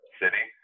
city